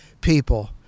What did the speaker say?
people